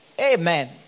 amen